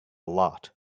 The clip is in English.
lot